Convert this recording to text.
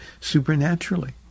supernaturally